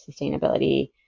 sustainability